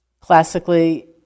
Classically